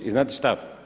I znate šta?